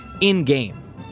in-game